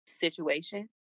situation